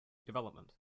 development